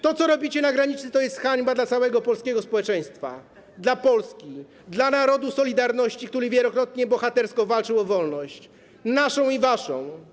To, co robicie na granicy, to jest hańba dla całego polskiego społeczeństwa, dla Polski, dla narodu solidarności, który wielokrotnie bohatersko walczył o wolność naszą i waszą.